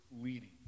leading